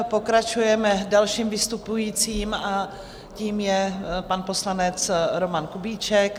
Pokračujeme dalším vystupujícím a tím je pan poslanec Roman Kubíček.